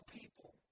people